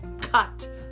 cut